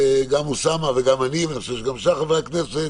גם אוסאמה וגם אני ואני חושב גם שאר חברי הכנסת